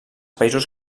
països